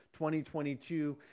2022